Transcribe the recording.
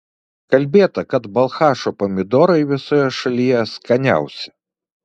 kalbėta kad balchašo pomidorai visoje šalyje skaniausi